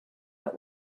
help